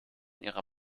ihrer